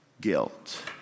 Guilt